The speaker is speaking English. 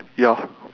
ya